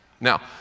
Now